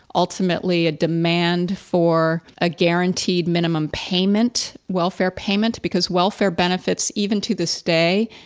ultimately a demand for a guaranteed minimum payment, welfare payment, because welfare benefits, even to this day,